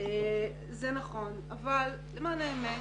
למען האמת,